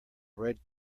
red